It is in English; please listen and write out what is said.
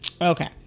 Okay